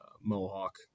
Mohawk